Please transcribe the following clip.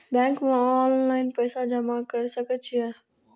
Bank में online पैसा जमा कर सके छीये?